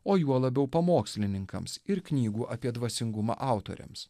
o juo labiau pamokslininkams ir knygų apie dvasingumą autoriams